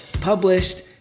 published